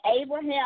Abraham